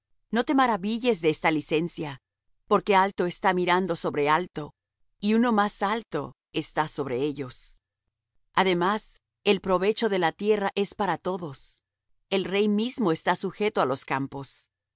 no te maravilles de esta licencia porque alto está mirando sobre alto y uno más alto está sobre ellos además el provecho de la tierra es para todos el rey mismo está sujeto á los campos